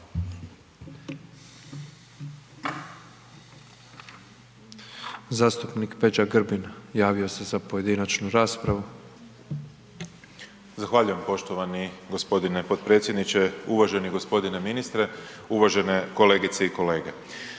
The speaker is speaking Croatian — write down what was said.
Zastupnik Peđa Grbin javio se za pojedinačnu raspravu. **Grbin, Peđa (SDP)** Zahvaljujem poštovani g. potpredsjedniče, uvaženi g. ministre, uvažene kolegice i kolege.